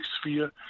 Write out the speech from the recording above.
sphere